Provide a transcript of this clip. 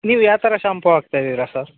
ನೀವು ಯಾವ ಥರ ಶಾಂಪು ಹಾಕ್ತಾ ಇದ್ದೀರ ಸರ್